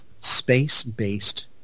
space-based